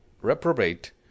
Reprobate